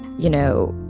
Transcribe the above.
you know,